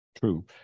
True